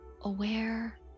aware